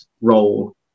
role